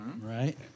Right